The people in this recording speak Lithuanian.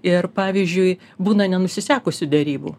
ir pavyzdžiui būna nenusisekusių derybų